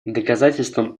доказательством